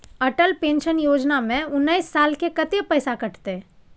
Atal pension योजना में उनैस साल के कत्ते पैसा कटते?